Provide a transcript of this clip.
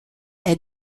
est